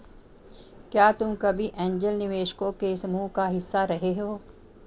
क्या तुम कभी ऐन्जल निवेशकों के समूह का हिस्सा रहे हो?